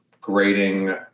grading